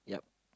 yup